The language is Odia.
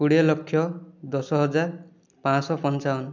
କୋଡ଼ିଏ ଲକ୍ଷ ଦଶ ହଜାର ପାଞ୍ଚଶହ ପଞ୍ଚାବନ